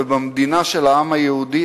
ובמדינה של העם היהודי,